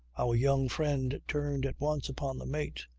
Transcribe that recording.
our young friend turned at once upon the mate.